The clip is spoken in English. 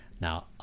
now